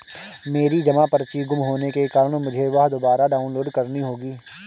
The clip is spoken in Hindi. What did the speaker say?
मेरी जमा पर्ची गुम होने के कारण मुझे वह दुबारा डाउनलोड करनी होगी